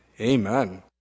Amen